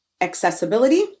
accessibility